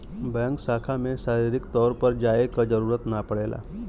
bank शाखा में शारीरिक तौर पर जाये क जरुरत ना पड़ेला